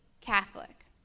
Catholic